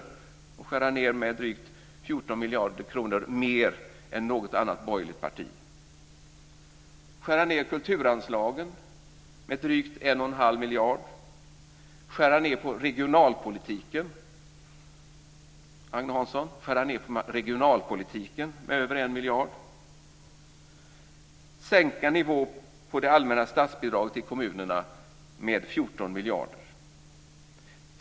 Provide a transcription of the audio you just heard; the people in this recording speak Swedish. Man vill alltså skära ned med 14 miljarder mer än något annat borgerligt parti. Man vill skära ned på kulturanslagen med drygt 1 1⁄2 miljarder. Man vill skära ned på regionalpolitiken, Agne Hansson, med över 1 miljard. Man vill sänka nivån på det allmänna statsbidraget till kommunerna med 14 miljarder.